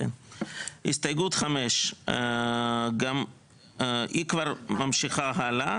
הסתייגות 5. הסתייגות 5. היא כבר ממשיכה הלאה.